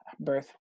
birth